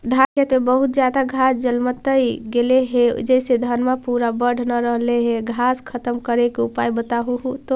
धान के खेत में बहुत ज्यादा घास जलमतइ गेले हे जेसे धनबा पुरा बढ़ न रहले हे घास खत्म करें के उपाय बताहु तो?